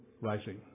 rising